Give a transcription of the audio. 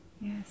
Yes